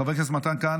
חבר הכנסת מתן כהנא,